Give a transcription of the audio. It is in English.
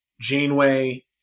Janeway